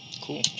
cool